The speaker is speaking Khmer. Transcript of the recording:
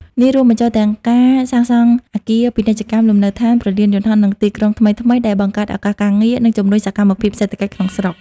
នេះរួមបញ្ចូលទាំងការសាងសង់អគារពាណិជ្ជកម្ម លំនៅឋាន ព្រលានយន្តហោះ និងទីក្រុងថ្មីៗ ដែលបង្កើតឱកាសការងារ និងជំរុញសកម្មភាពសេដ្ឋកិច្ចក្នុងស្រុក។